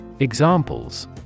Examples